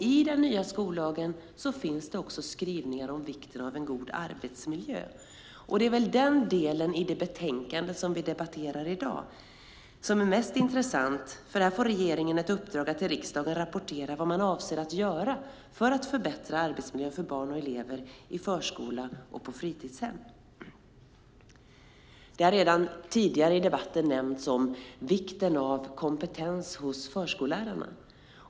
I den nya skollagen finns det också skrivningar om vikten av en god arbetsmiljö. Det är väl den delen i det betänkande som vi debatterar i dag som är mest intressant, för här får regeringen ett uppdrag att till riksdagen rapportera vad man avser att göra för att förbättra arbetsmiljön för barn och elever i förskola och på fritidshem. Vikten av kompetens hos förskollärarna har nämnts redan tidigare i debatten.